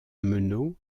meneaux